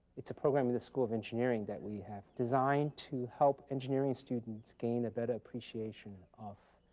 it's a program in the school of engineering that we have designed to help engineering students gain a better appreciation of